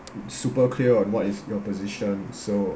super clear on what is your position so